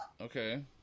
Okay